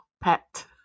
pet